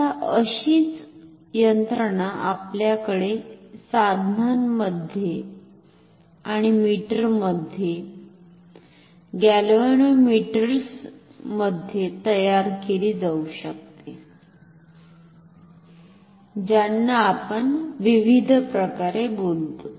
आता अशीच यंत्रणा आपल्या साधनांमध्ये आणि मीटरमध्ये गॅलव्हॅनोमीटरर्स मध्ये तयार केली जाऊ शकते ज्यांना आपण विविध प्रकारे बोलतो